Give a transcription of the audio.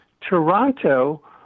Toronto